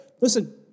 Listen